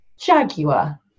Jaguar